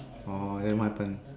orh then what happen